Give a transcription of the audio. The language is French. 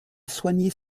soigner